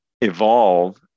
evolve